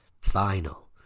final